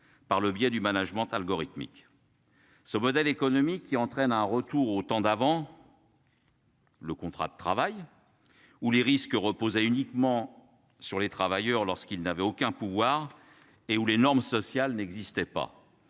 par le biais du management algorithmique. Ce modèle économique qui entraîne un retour au temps d'avant. Le contrat de travail. Ou les risques reposait uniquement sur les travailleurs lorsqu'il n'avait aucun pouvoir et où les normes sociales n'existait pas